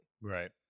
Right